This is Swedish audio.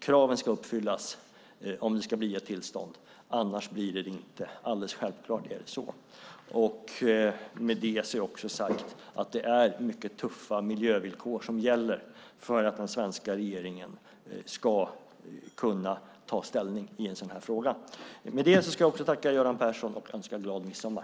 Kraven ska uppfyllas om det ska bli ett tillstånd, annars blir det inte något. Alldeles självklart är det så. Med det har jag också sagt att det är mycket tuffa miljövillkor som gäller för att den svenska regeringen ska kunna ta ställning i en sådan här fråga. Med det ska jag också tacka Göran Persson och önska en glad midsommar.